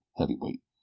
heavyweight